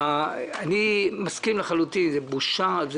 אני מסכים לחלוטין זה בושה,